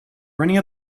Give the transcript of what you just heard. running